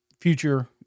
future